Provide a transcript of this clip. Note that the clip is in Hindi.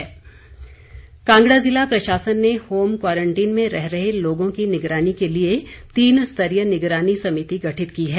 समिति कांगड़ा ज़िला प्रशासन ने होम क्वारंटीन में रह रहे लोगों की निगरानी के लिए तीन स्तरीय निगरानी समिति गठित की है